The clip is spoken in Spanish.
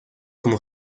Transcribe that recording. como